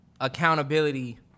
accountability